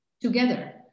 together